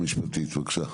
בבקשה.